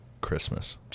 Christmas